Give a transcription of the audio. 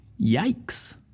Yikes